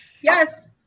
Yes